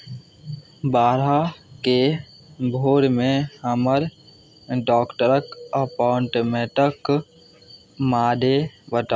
बारहके भोरमे हमर डॉक्टरक अपॉइंटमेण्टक मादे बताउ